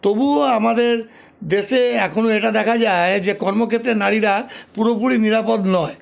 তবুও আমাদের দেশে এখনও এটা দেখা যায় যে কর্মক্ষেত্রে নারীরা পুরোপুরি নিরাপদ নয়